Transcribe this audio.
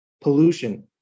pollution